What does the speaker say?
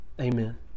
Amen